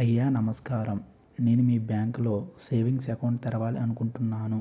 అయ్యా నమస్కారం నేను మీ బ్యాంక్ లో సేవింగ్స్ అకౌంట్ తెరవాలి అనుకుంటున్నాను